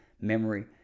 memory